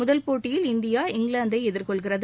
முதல் போட்டியில் இந்தியா இங்கிலாந்தை எதிர்கொள்கிறது